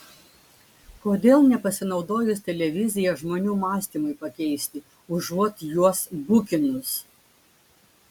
kodėl nepasinaudojus televizija žmonių mąstymui pakeisti užuot juos bukinus